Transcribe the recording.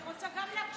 גם אני רוצה להקשיב.